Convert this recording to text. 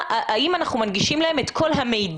האם אנחנו מנגישים להם את כל המידע?